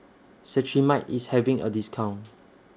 Cetrimide IS having A discount